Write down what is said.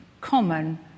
common